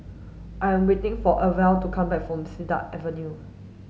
I am waiting for Orvel to come back from Cedar Avenue